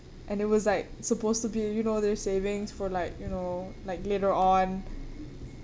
and it was like supposed to be you know their savings for like you know like later on